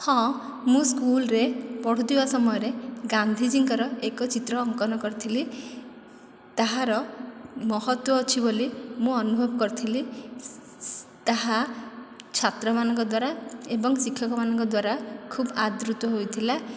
ହଁ ମୁଁ ସ୍କୁଲରେ ପଢ଼ୁଥିବା ସମୟରେ ଗାନ୍ଧିଜୀଙ୍କର ଏକ ଚିତ୍ର ଅଙ୍କନ କରିଥିଲି ତାହାର ମହତ୍ତ୍ଵ ଅଛି ବୋଲି ମୁଁ ଅନୁଭବ କରିଥିଲି ତାହା ଛାତ୍ରମାନଙ୍କ ଦ୍ୱାରା ଏବଂ ଶିକ୍ଷକମାନଙ୍କ ଦ୍ୱାରା ଖୁବ ଆଦୃତ ହୋଇଥିଲା